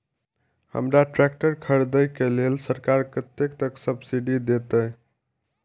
हमरा ट्रैक्टर खरदे के लेल सरकार कतेक सब्सीडी देते?